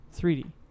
3D